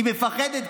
היא מפחדת,